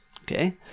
Okay